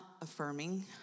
affirming